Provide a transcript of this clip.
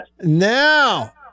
Now